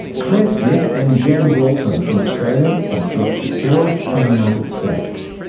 clare smith and jan gralton from australia, and phillip fitzgerald from the united states.